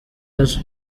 ejo